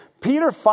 Peter